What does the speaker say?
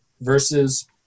versus